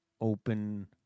open